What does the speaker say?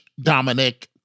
Dominic